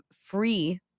free